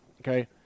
okay